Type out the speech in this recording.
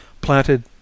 planted